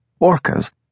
orcas